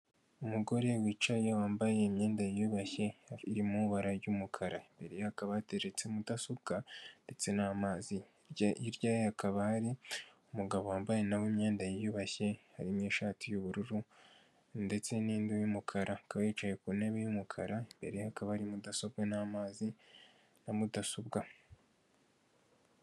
Umugore wicaye wambaye imyenda yiyubashye iri mu ibara ry'umukara imbere hakaba hateretse mudasobwa ndetse n'amazi hirya yayo hakaba hari umugabo wambaye nawe imyenda yiyubashye arimo ishati y'ubururu ndetse n'indi y'umukara akaba yicaye ku ntebe y'umukara imbere hakaba hari mudasobwa n'amazi na mudasobwa.